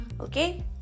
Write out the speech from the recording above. okay